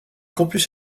campus